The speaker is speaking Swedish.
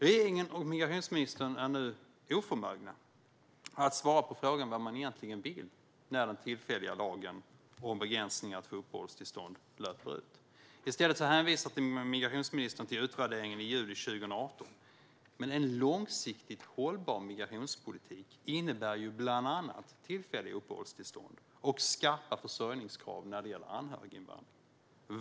Regeringen och migrationsministern är nu oförmögna att svara på frågan vad man egentligen vill göra när den tillfälliga lagen om begränsningar att få uppehållstillstånd löper ut. I stället hänvisar migrationsministern till utvärderingen i juli 2018. Men en långsiktigt hållbar migrationspolitik innebär bland annat tillfälliga uppehållstillstånd och skarpa försörjningskrav när det gäller anhöriginvandring.